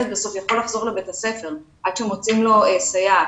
בסוף יכול לחזור לבית הספר ושמוצאים לו סייעת.